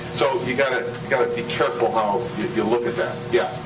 so you gotta gotta be careful how you look at that. yeah.